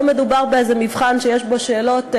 לא מדובר באיזה מבחן שיש בו שאלות,